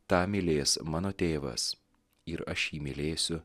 tą mylės mano tėvas ir aš jį mylėsiu